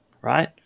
right